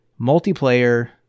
multiplayer